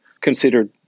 considered